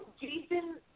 Jason